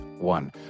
one